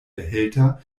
behälter